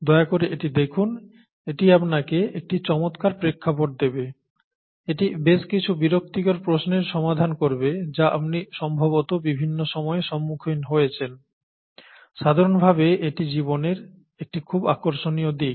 দয়া করে এটি দেখুন এটি আপনাকে একটি চমৎকার প্রেক্ষাপট দেবে এটি বেশ কিছু বিরক্তিকর প্রশ্নের সমাধান করবে যা আপনি সম্ভবত বিভিন্ন সময়ে সম্মুখীন হয়েছেন সাধারণভাবে এটি জীবনের একটি খুব আকর্ষণীয় দিক